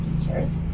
teachers